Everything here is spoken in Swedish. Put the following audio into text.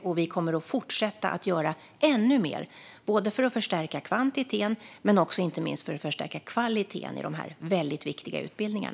Och vi kommer att fortsätta att göra ännu mer för att förstärka kvantiteten men inte minst för att förstärka kvaliteten i dessa mycket viktiga utbildningar.